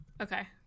Okay